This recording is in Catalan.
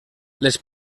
les